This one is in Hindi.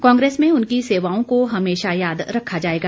कांग्रेस में उनकी सेवाओं को हमेशा याद रखा जाएगा